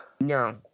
No